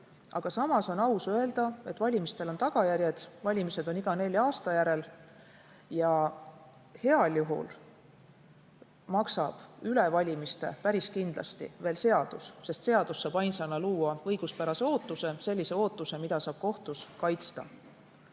Aga samas on aus öelda, et valimistel on tagajärjed. Valimised on iga nelja aasta järel. Ja heal juhul maksab üle valimiste päris kindlasti veel seadus, sest seadus saab ainsana luua õiguspärase ootuse – sellise ootuse, mida saab kohtus kaitsta.